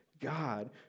God